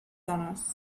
dones